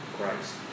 Christ